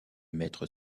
maîtres